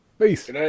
Peace